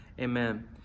amen